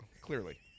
Clearly